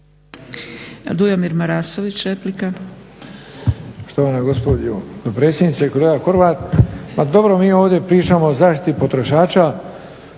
Dujomir Marasović, replika.